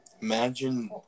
Imagine